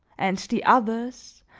and the others,